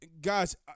Guys